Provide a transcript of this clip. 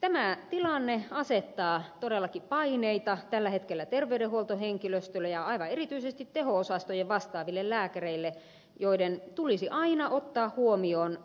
tämä tilanne asettaa todellakin paineita tällä hetkellä terveydenhuoltohenkilöstölle ja aivan erityisesti teho osastojen vastaaville lääkäreille joiden tulisi aina ottaa huomioon